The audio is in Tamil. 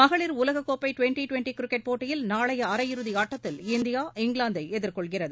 மகளிர் உலகக்கோப்பை ட்வெண்ட்டி ட்வெண்ட்டி கிரிக்கெட் போட்டியில் நாளைய அரையிறுதி ஆட்டத்தில் இந்தியா இங்கிலாந்தை எதிர்கொள்கிறது